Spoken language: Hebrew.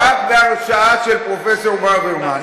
רק בהרשאה של פרופסור ברוורמן,